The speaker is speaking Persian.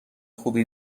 خوبی